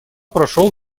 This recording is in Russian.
прошел